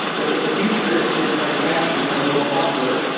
but in the future if bitcoin cash becomes more popular,